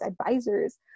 advisors